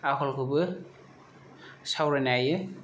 आखलखौबो सावरायनो हायो